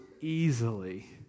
easily